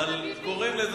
חוק ביבי.